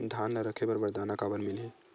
धान ल रखे बर बारदाना काबर मिलही?